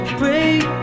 break